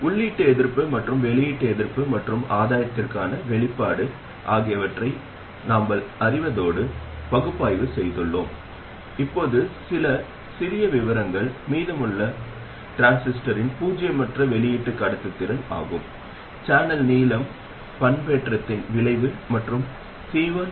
மேலும் பொதுவாகப் பயன்படுத்தப்படும் வடிகால் ஒரு சார்பு மின்தடையம் RD வழியாகப் பயன்படுத்தப்படுகிறது மேலும் அதில் சுமைகளை ஏசி இணைக்கிறோம் மேலும் டிரான்ஸ் கடத்துத்திறன் R1 ஐ வரையறுக்கும் மின்தடையத்தை இணைக்கிறோம் மேலும் உள்ளீட்டையும் இணைக்கிறோம்